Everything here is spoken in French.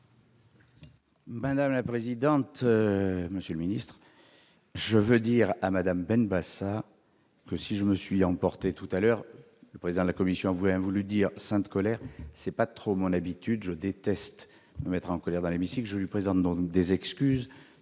Madame la présidente, monsieur le ministre d'État, mes chers collègues, je veux dire à Mme Benbassa que, si je me suis emporté tout à l'heure- le président de la commission a parlé de « sainte colère »-, ce n'est pas trop mon habitude. Je déteste me mettre en colère dans l'hémicycle. Je lui présente donc mes excuses